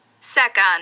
Second